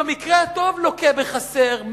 במקרה הטוב לוקה בחסר,